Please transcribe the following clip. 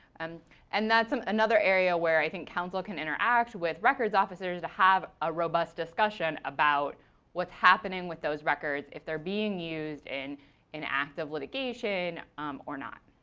and and that's um another area where i think counsel can interact with records officers that have a robust discussion about what's happening with those records, if they're being used in in active litigation or not.